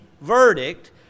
verdict